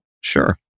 Sure